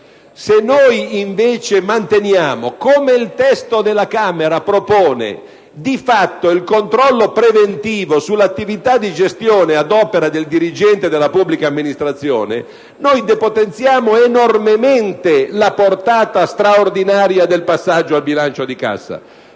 Se invece manteniamo di fatto, come il testo della Camera propone, il controllo preventivo sull'attività di gestione ad opera del dirigente della pubblica amministrazione, depotenziamo enormemente la portata straordinaria del passaggio al bilancio di cassa.